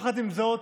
עם זאת,